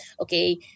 okay